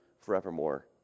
forevermore